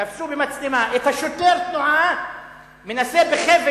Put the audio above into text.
תפסו במצלמה את שוטר התנועה מנסה בחבל